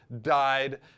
died